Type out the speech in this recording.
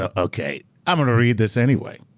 ah okay, i'm gonna read this anyway.